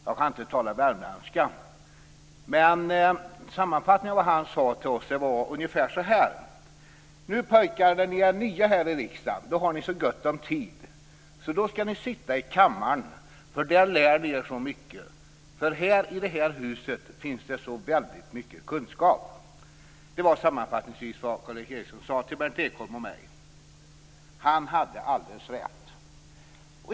Jag kan inte tala värmländska, men han sade ungefär följande till oss: "Nu pôjkar när ni är nya här i riksdagen har ni så gôtt om tid, så då skall ni sitta i kammaren, för där lär ni er så mycket, för i det här huset finns det så väldigt mycket kunskap." Han hade alldeles rätt.